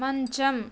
మంచం